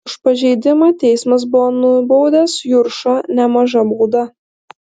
už pažeidimą teismas buvo nubaudęs juršą nemaža bauda